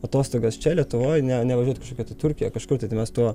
atostogas čia lietuvoj ne nevažiuot į kažkokią tai turkiją kažkur tai mes tuo